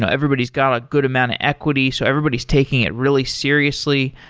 so everybody's got a good amount of equity. so everybody's taking it really seriously.